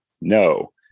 No